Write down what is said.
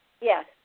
Yes